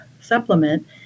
supplement